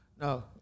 no